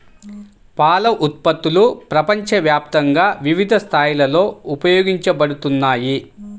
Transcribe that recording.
పాల ఉత్పత్తులు ప్రపంచవ్యాప్తంగా వివిధ స్థాయిలలో వినియోగించబడుతున్నాయి